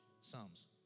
Psalms